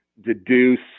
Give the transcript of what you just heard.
deduce